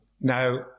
now